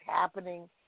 happening